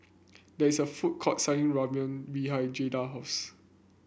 there is a food court selling Ramyeon behind Jada house